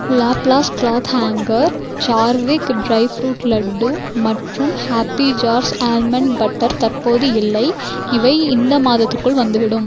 Laplast cloth hanger சார்விக் dry fruit laddu மற்றும் happy jars almond butter தற்போது இல்லை இவை இந்த மாதத்துக்குள் வந்துவிடும்